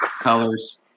colors